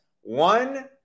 one